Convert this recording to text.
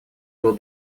был